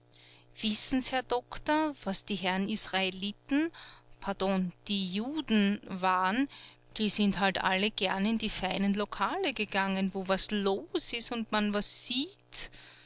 wissen s herr doktor was die herren israeliten pardon die juden waren die sind halt alle gern in die feinen lokale gegangen wo was los ist und man was sieht